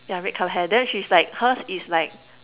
yeah red colour hair then she's like hers is like